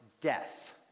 death